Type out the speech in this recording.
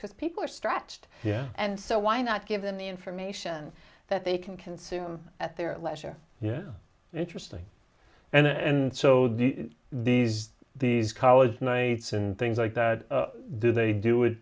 because people are stretched yeah and so why not give them the information that they can consume at their leisure yeah interesting and so the these these college nights and things like that do they do it